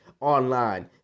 online